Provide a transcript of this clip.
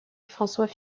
françois